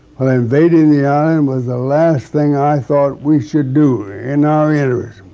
and invading the island was the last thing i thought we should do in our interests.